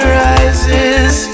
rises